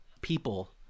people